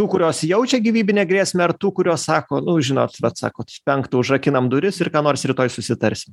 tų kurios jaučia gyvybinę grėsmę ar tų kurios sako nu žinot atsakot penktą užrakinam duris ir ką nors rytoj susitarsim